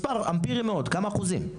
מספר אמפירי מאוד, כמה אחוזים?